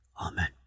Amen